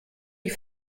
die